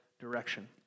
direction